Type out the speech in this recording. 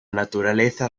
naturaleza